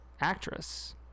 actress